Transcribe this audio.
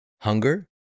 hunger